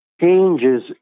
changes